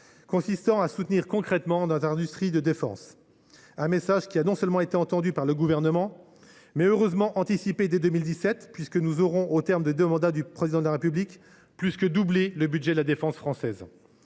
qu’il faut soutenir concrètement notre industrie de défense. Ce message n’a pas été seulement entendu par le Gouvernement. Il a heureusement été anticipé dès 2017, puisque nous aurons, au terme des deux mandats du Président de la République, plus que doublé le budget de la défense française.